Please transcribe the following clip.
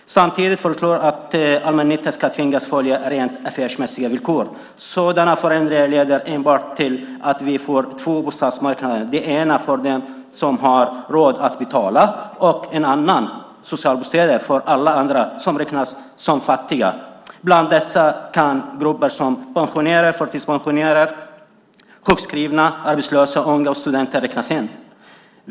Samtidigt föreslås att allmännyttan ska tvingas följa rent affärsmässiga villkor. Sådana förändringar leder enbart till att vi får två bostadsmarknader, en för dem som har råd att betala, en annan, socialbostäder, för alla andra som räknas som fattiga. Bland dessa kan grupper som pensionerade, förtidspensionerade, sjukskrivna, arbetslösa, unga och studenter räknas in.